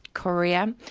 korea,